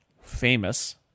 famous